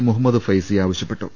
മുഹമ്മദ് ഫൈസി ആവ ശ്യപ്പെട്ടു